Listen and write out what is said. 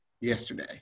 yesterday